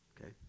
Okay